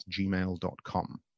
gmail.com